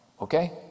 Okay